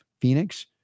Phoenix